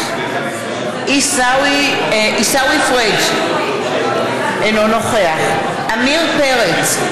נוכחת עיסאווי פריג' אינו נוכח עמיר פרץ,